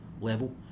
level